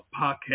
podcast